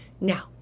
now